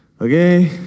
okay